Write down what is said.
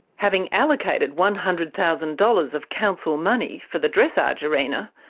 having allocated one hundred thousand dollars of council money for the dressage arena,